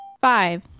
Five